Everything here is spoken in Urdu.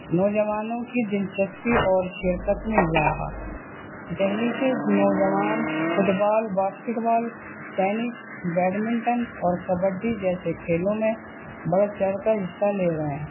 نوجوانوں کی دلچسپی اور شرکت میں اضافہ دہلی کے نوجوان football basketball tennis badmintons اور کبڈی جیسے کھیلوں میں بڑھ چڑھ کر حصہ لے رہے ہیں